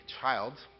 child